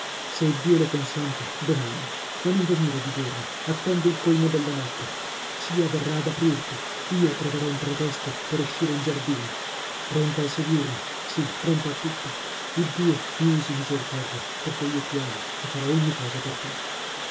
se iddio lo consente domani ma non venire di giorno attendi il colmo della notte cia verrà ad aprirti io troverò un pretesto per escire in giardino pronta a seguirmi sì pronta a tutto iddio mi usi misericordia perchè io ti amo e farò ogni cosa per te